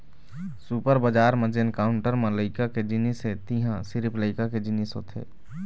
super बजार म जेन काउंटर म लइका के जिनिस हे तिंहा सिरिफ लइका के जिनिस होथे